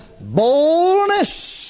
boldness